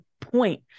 point